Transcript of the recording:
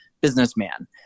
businessman